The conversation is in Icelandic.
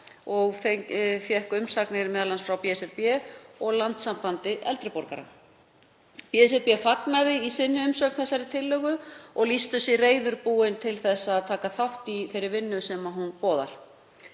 og fékk umsagnir, m.a. frá BSRB og Landssambandi eldri borgara. BSRB fagnaði í umsögn sinni tillögunni og lýstu sig reiðubúin til að taka þátt í þeirri vinnu sem hún boðar.